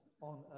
on